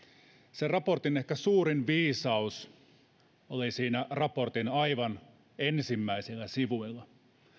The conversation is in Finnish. sen raportin ehkä suurin viisaus oli siinä raportin aivan ensimmäisillä sivuilla